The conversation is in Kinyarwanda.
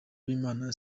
b’imana